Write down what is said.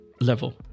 level